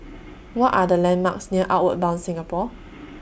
What Are The landmarks near Outward Bound Singapore